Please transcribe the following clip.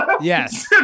Yes